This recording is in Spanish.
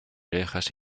orejas